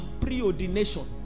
preordination